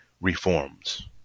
reforms